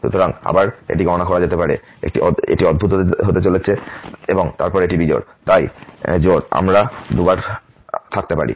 সুতরাং আবার এটি গণনা করা যেতে পারে এটি অদ্ভুত হতে চলেছে এবং তারপর এটি বিজোড় তাই জোড় আমরা 2 বার থাকতে পারি